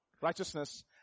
righteousness